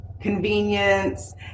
convenience